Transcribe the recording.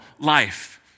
life